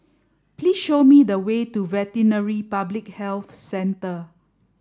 please show me the way to Veterinary Public Health Centre